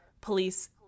police